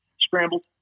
Scrambled